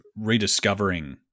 rediscovering